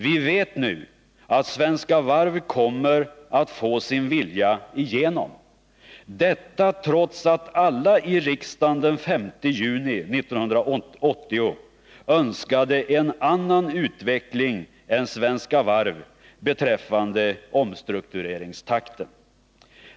Vi vet nu att Svenska Varv kommer att få sin vilja igenom — detta trots att allairiksdagen den 5 juni 1980 önskade en annan utveckling än Svenska Varv beträffande omstruktureringstakten.